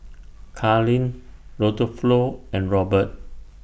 Karlene Rodolfo and Robert